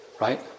Right